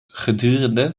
gedurende